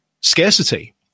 scarcity